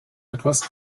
etwas